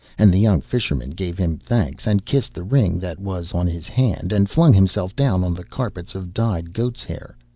and the young fisherman gave him thanks, and kissed the ring that was on his hand, and flung himself down on the carpets of dyed goat's-hair.